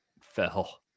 fell